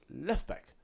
left-back